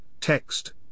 text